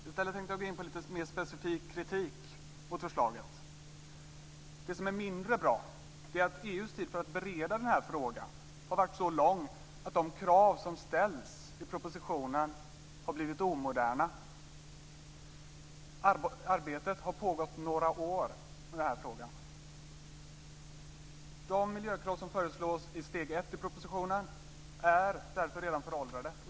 I stället tänkte jag gå in på mer specifik kritik mot förslaget. Det som är mindre bra är att EU tagit så lång tid på sig för att bereda frågan att de krav som ställs i propositionen har blivit omoderna. Arbetet har pågått några år. De miljökrav som föreslås i steg 1 i propositionen är därför redan föråldrade.